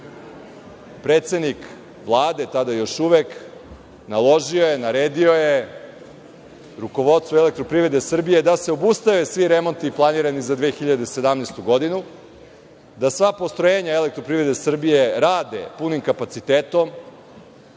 predsednik Vlade, tada još uvek, naložio je, naredio je rukovodstvu Elektroprivrede Srbije da se obustave svi remonti planirani za 2017. godinu, da sva postrojenja Elektroprivreda Srbije rade punim kapacitetom,